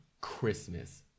Christmas